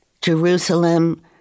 Jerusalem